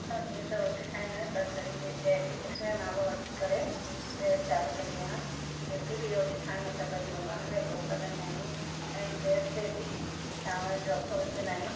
असां जीअं त रोटी ठाहींदा आहियूं त पंहिंरी जय श्री कृष्ण जो नालो वठी करे गैस चालू कंदी आहियां जेकी बि रोटी ठाहियूं असां पहिंरीयूं भॻवान खे भोॻु लॻाईंदा आहियूं ऐं गैस ते बि चांवरनि जो अखो विझंदा आहियूं